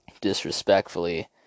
disrespectfully